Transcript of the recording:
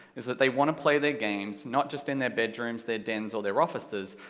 is that they want to play their games, not just in their bedrooms, their dens, or their offices,